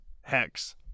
hex